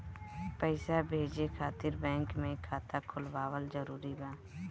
पईसा भेजे खातिर बैंक मे खाता खुलवाअल जरूरी बा?